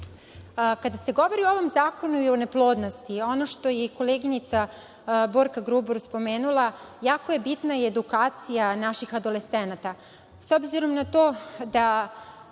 se govori o ovom zakonu i neplodnosti, ono što je koleginica Borka Grubor spomenula, jako je bitna edukacija naših adolescenata.